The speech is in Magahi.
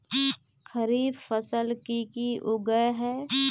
खरीफ फसल की की उगैहे?